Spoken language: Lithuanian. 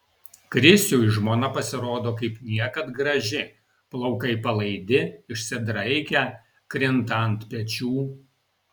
krisiui žmona pasirodo kaip niekad graži plaukai palaidi išsidraikę krinta ant pečių